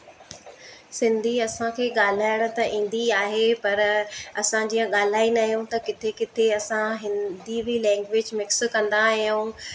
सिंधी असांखे ॻाल्हाइण त ईंदी आहे पर असां जीअं ॻाल्हाईंदा आहियूं त किथे किथे असां हिंदी बि लैंग्वेज मिक्स कंदा आहियूं